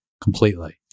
completely